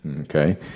Okay